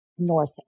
North